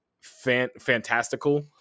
fantastical